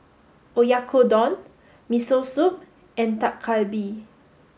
Oyakodon Miso Soup and Dak Galbi